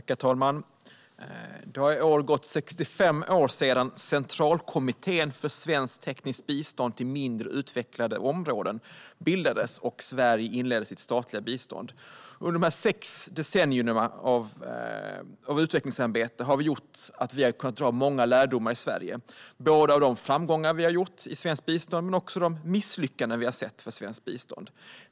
Herr talman! Det har i år gått 65 år sedan Centralkommittén för svenskt tekniskt bistånd till mindre utvecklade områden bildades och Sverige inledde sitt statliga bistånd. Under dessa sex decennier av utvecklingssamarbete har vi kunnat dra många lärdomar i Sverige, både av våra framgångar och av våra misslyckanden i svenskt bistånd.